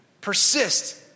Persist